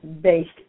based